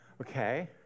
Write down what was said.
okay